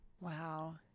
Wow